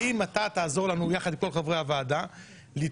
האם אתה תעזור לנו יחד עם כל חברי הוועדה לתקוע